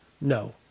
no